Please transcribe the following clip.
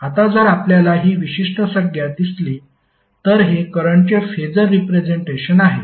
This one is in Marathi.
आता जर आपल्याला ही विशिष्ट संज्ञा दिसली तर हे करंटचे फेसर रिप्रेझेंटेशन आहे